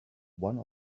one